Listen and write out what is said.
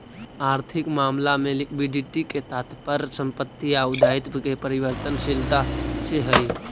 आर्थिक मामला में लिक्विडिटी के तात्पर्य संपत्ति आउ दायित्व के परिवर्तनशीलता से हई